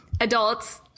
adults